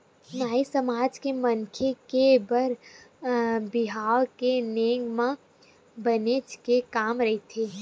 नाई समाज के मनखे के बर बिहाव के नेंग म बनेच के काम रहिथे